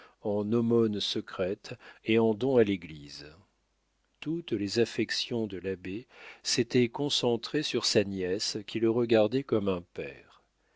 en aumônes secrètes et en dons à l'église toutes les affections de l'abbé s'étaient concentrées sur sa nièce qui le regardait comme un père